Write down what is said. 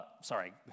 sorry